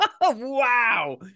Wow